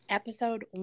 episode